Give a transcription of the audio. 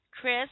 Chris